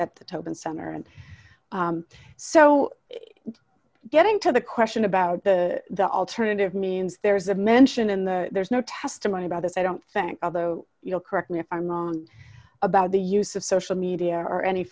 at the top and center and so getting to the question about the the alternative means there is a mention in the there's no testimony about this i don't think although you'll correct me if i'm wrong about the use of social media or any